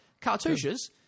cartouches